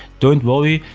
don't worry,